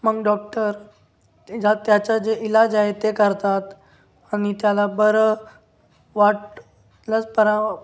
मग डॉक्टर जा त्याचा जे इलाज आहे ते करतात आणि त्याला बरं वाटलंच परा